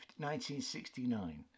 1969